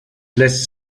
lässt